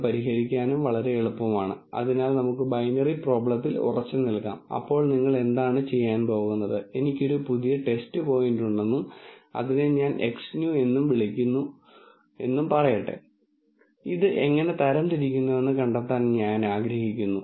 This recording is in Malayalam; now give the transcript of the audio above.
എന്നിരുന്നാലും ഇതൊരു നോൺ ലീനിയർ പ്രോബ്ളമാണെങ്കിൽ നമ്മൾ ഉപയോഗിക്കേണ്ട ഒരു പ്രത്യേക തരം ഡിസിഷൻ ഫംഗ്ഷൻ തിരഞ്ഞെടുക്കേണ്ടതുണ്ട് കൂടാതെ നിങ്ങൾ ഈ ഡിസിഷൻ ഫങ്ക്ഷനുകൾ എങ്ങനെ തിരഞ്ഞെടുക്കും നിങ്ങൾ നോൺ ലീനിയർ ഡൊമെയ്നിലേക്ക് പോകുമ്പോൾ നിങ്ങൾക്ക് തിരഞ്ഞെടുക്കാൻ കഴിയുന്ന ഫംഗ്ഷണൽ ഫോമുകളുടെ അനന്തമായ സംഖ്യകളുണ്ട് അവയിൽ നിന്ന് നിങ്ങൾക്കായുള്ള ഒന്ന് എങ്ങനെ തിരഞ്ഞെടുക്കാം എന്നത് രസകരവും പ്രധാനപ്പെട്ടതുമായ ഒരു ചോദ്യമാണ്